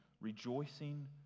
rejoicing